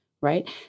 right